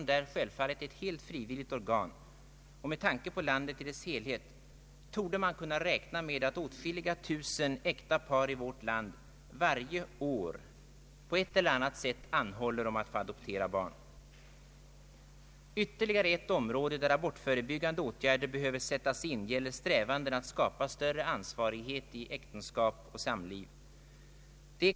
Det förhållandet att det förekommer övertramp från båda de läger som uttalat sig i denna fråga skall väl ändå inte förhindra möjligheten för alla dem som seriöst vill diskutera denna fråga att uttala sig och bilda opinion. Detta har fröken Mattson gjort tidigare och också i dag, vilket jag tycker är riktigt.